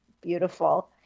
beautiful